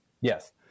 Yes